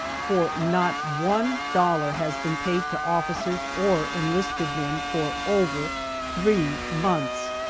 for not one dollar has been paid to officers or enlisted men for over three months!